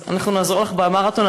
אנחנו נעזור לך במרתון.